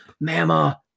mama